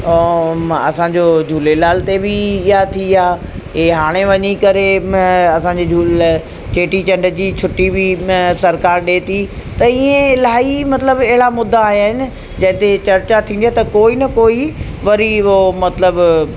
ऐं असांजो झूलेलाल ते बि ईअं थी आहे ऐं हाणे वञी करे असांजे झूल चेटीचंड जी छुट्टी बि सरकार ॾे थी त ईअं इलाही मतिलबु अहिड़ा मुद्दा आहिनि जंहिंते चर्चा थींदी आहे त कोई न कोई वरी उहो मतिलबु